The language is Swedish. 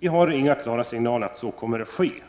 Vi hör emellertid inga klara signaler om att så kommer att ske.